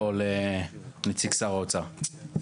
לא, לנציג שר האוצר.